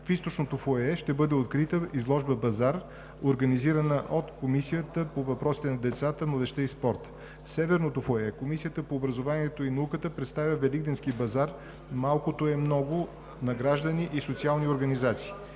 В Източното фоайе ще бъде открита изложба-базар, организирана от Комисията по въпросите на децата, младежта и спорта. В Северното фоайе Комисията по образованието и науката представя Великденски базар „Малкото е много“ на граждани и социални организации.